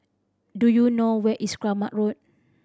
do you know where is Kramat Road